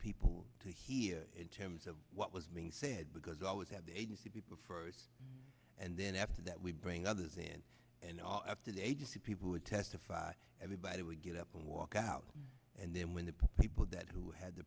people to hear in terms of what was being said because i always have the agency people first and then after that we bring others in and up to the agency people would testify everybody would get up and walk out and then when the people that who had the